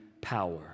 power